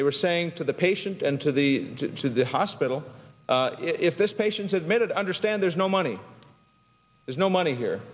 they were saying to the patient and to the to the hospital if this patient admitted understand there's no money there's no money here